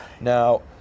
Now